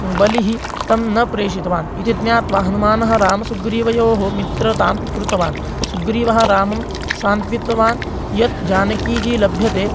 बलिः तं न प्रेषितवान् इति ज्ञात्वा हनूमान् रामसुग्रीवयोः मित्रतां कृतवान् सुग्रीवः रामं सान्त्वितवान् यत् जानकी जी लभ्यते